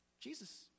Jesus